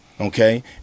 Okay